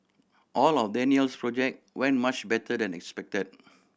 all of Daniel's project went much better than expected